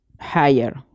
higher